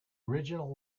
original